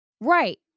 Right